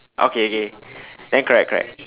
okay okay then correct correct